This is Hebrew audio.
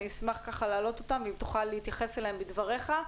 אני אשמח להעלות אותן ואם תוכל להתייחס אליהם בדבריך.